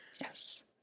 Yes